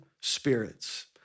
spirits